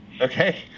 Okay